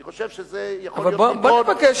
אני חושב שזה יכול להיות פתרון,